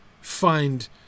find